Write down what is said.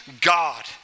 God